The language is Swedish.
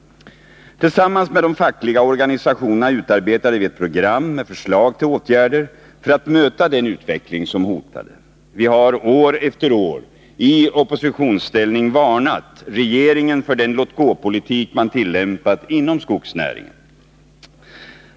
Tillsammans med de fackliga organisationerna utarbetade vi ett program med förslag till åtgärder för att möta den utveckling som hotade. Vi har år efter år i oppositionsställning varnat regeringen för den låt-gå-politik som man tillämpat inom skogsnäringen.